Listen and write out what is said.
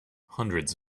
hundreds